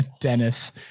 Dennis